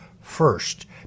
first